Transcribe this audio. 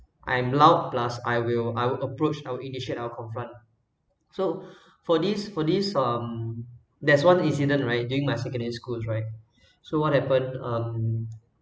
I'm loud plus I will I will approach I'll initiate I'll confront so for this for this um there's one incident right during my secondary schools right so what happened um